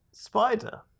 Spider